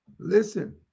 Listen